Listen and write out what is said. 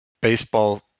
baseball